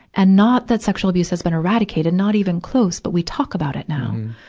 and not that sexual abuse has been eradicated, not even close, but we talk about it now.